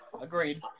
agreed